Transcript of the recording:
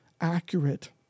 accurate